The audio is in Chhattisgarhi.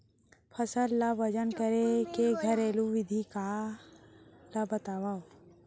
फसल ला वजन करे के घरेलू विधि ला बतावव?